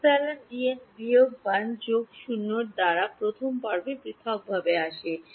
epsilon D N বিয়োগ 1 যোগ 0 এ তারা প্রথম পর্বে পৃথকভাবে আসে